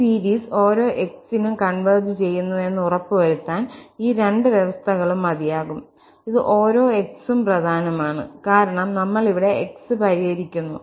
ഈ സീരീസ് ഓരോ x നും കൺവെർജ് ചെയ്യുന്നുവെന്ന് ഉറപ്പുവരുത്താൻ ഈ രണ്ട് വ്യവസ്ഥകളും മതിയാകും ഇത് ഓരോ x ഉം പ്രധാനമാണ് കാരണം നമ്മൾ ഇവിടെ x പരിഹരിക്കുന്നു